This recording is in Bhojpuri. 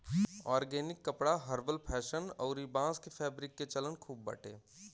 ऑर्गेनिक कपड़ा हर्बल फैशन अउरी बांस के फैब्रिक के चलन खूब बाटे